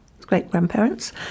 great-grandparents